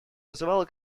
вызывало